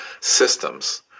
systems